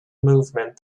movement